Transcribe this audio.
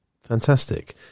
Fantastic